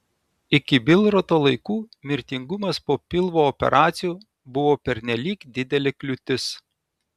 iki bilroto laikų mirtingumas po pilvo operacijų buvo pernelyg didelė kliūtis